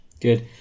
Good